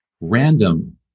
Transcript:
random